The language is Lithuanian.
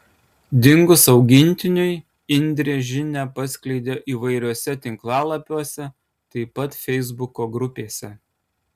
dingus augintiniui indrė žinią paskleidė įvairiuose tinklapiuose taip pat feisbuko grupėse